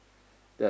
the